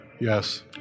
Yes